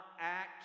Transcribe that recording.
act